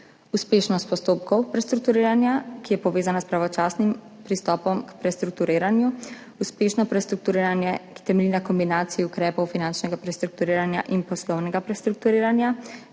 uspešnost postopkov prestrukturiranja, ki je povezana s pravočasnim pristopom k prestrukturiranju; uspešno prestrukturiranje, ki temelji na kombinaciji ukrepov finančnega prestrukturiranja in poslovnega prestrukturiranja.